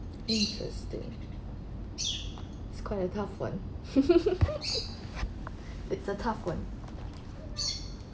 interesting it's quite a tough one it's a tough one